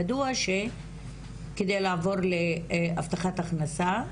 ידוע שכדי לעבור להבטחת הכנסה,